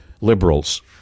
liberals